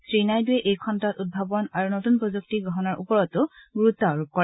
শ্ৰীনাইডুৱে এই খণ্ডত উদ্ভাৱন আৰু নতুন প্ৰযুক্তি গ্ৰহণৰ ওপৰতো গুৰুত্ আৰোপ কৰে